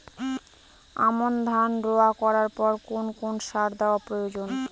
আমন ধান রোয়া করার পর কোন কোন সার দেওয়া প্রয়োজন?